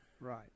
Right